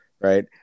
right